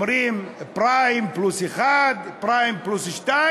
אומרים פריים פלוס 1, פריים פלוס 2,